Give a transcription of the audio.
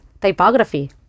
typography